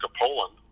Poland